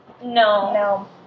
No